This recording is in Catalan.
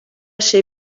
ser